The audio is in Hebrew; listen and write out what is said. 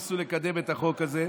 ניסו לקדם את החוק הזה,